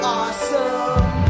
awesome